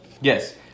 Yes